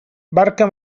barca